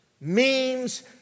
memes